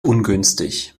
ungünstig